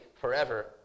forever